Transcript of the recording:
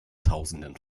tausenden